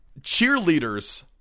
cheerleaders